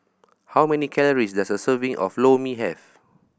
how many calories does a serving of Lor Mee have